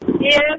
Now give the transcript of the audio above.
Yes